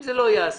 אם זה לא ייעשה,